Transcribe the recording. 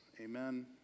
Amen